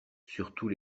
surtout